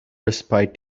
respite